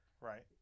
Right